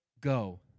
go